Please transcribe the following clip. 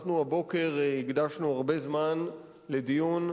הבוקר הקדשנו הרבה זמן לדיון,